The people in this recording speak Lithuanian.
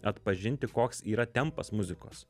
atpažinti koks yra tempas muzikos